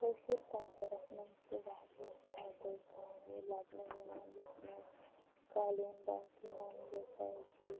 کٲشِر کَلچَرَس منٛز چھِ واریاہ زیادٕ کامہِ لَبنہٕ یِوان یَتھ منٛز قٲلیٖن بافی نَمدٕ سٲزی